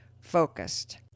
focused